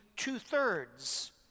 two-thirds